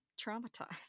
traumatized